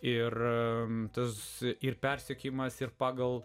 ir rimtas ir persekiojimas ir pagal